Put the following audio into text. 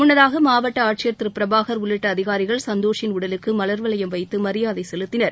முன்னதாக மாவட்ட ஆட்சியர் திரு பிரபாக் உள்ளிட்ட அதிகாரிகள் சந்தோஷின் உடலுக்கு மல்வளையம் வைத்து மரியாதை செலுத்தினர்